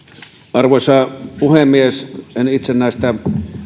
arvoisa puhemies en itse näistä